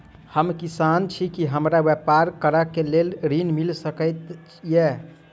हम किसान छी की हमरा ब्यपार करऽ केँ लेल ऋण मिल सकैत ये?